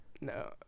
No